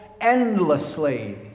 endlessly